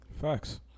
Facts